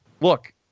look